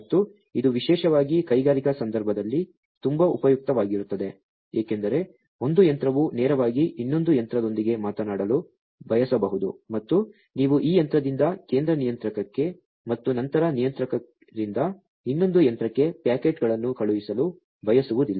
ಮತ್ತು ಇದು ವಿಶೇಷವಾಗಿ ಕೈಗಾರಿಕಾ ಸಂದರ್ಭದಲ್ಲಿ ತುಂಬಾ ಉಪಯುಕ್ತವಾಗಿರುತ್ತದೆ ಏಕೆಂದರೆ ಒಂದು ಯಂತ್ರವು ನೇರವಾಗಿ ಇನ್ನೊಂದು ಯಂತ್ರದೊಂದಿಗೆ ಮಾತನಾಡಲು ಬಯಸಬಹುದು ಮತ್ತು ನೀವು ಈ ಯಂತ್ರದಿಂದ ಕೇಂದ್ರ ನಿಯಂತ್ರಕಕ್ಕೆ ಮತ್ತು ನಂತರ ನಿಯಂತ್ರಕದಿಂದ ಇನ್ನೊಂದು ಯಂತ್ರಕ್ಕೆ ಪ್ಯಾಕೆಟ್ಗಳನ್ನು ಕಳುಹಿಸಲು ಬಯಸುವುದಿಲ್ಲ